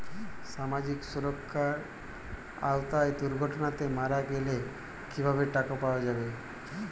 সামাজিক সুরক্ষার আওতায় দুর্ঘটনাতে মারা গেলে কিভাবে টাকা পাওয়া যাবে?